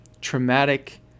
traumatic